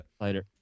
Later